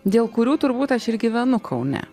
dėl kurių turbūt aš ir gyvenu kaune